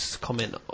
comment